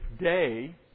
day